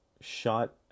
shot